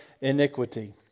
iniquity